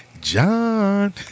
John